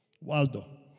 Waldo